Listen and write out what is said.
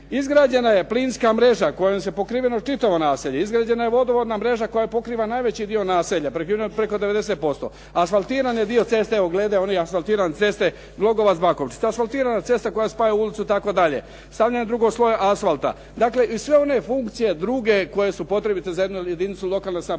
izgrađena je plinska mreža kojom se pokriveno čitavo naselje, izgrađena je vodovodna mreža koja pokriva najveći dio naselja, prekriveno preko 90%, asfaltirane dio ceste … /Govornik se ne razumije./ … asfaltirana cesta koja spaja ulicu itd. stavljen je drugi sloj asfalta. Dakle, sve one funkcije druge koje su potrebite za jednu jedinicu lokalne samouprave,